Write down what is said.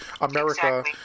America